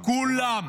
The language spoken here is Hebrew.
כולם.